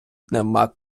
нема